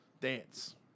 dance